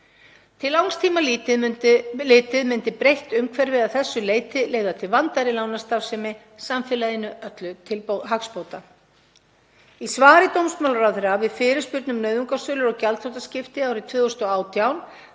Til langs tíma litið myndi breytt umhverfi að þessu leyti leiða til vandaðri lánastarfsemi samfélaginu öllu til hagsbóta. Í svari dómsmálaráðherra við fyrirspurn um nauðungarsölu og gjaldþrotaskipti árið 2018,